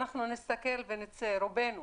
אנחנו נסתכל ונצא רובנו